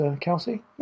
Kelsey